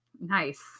Nice